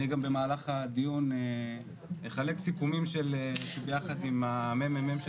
במהלך הדיון אחלק סיכומים שנעשו ביחד עם הממ"מ של